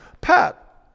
Pat